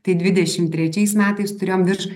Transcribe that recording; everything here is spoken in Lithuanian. tai dvidešim trečiais metais turėjom virš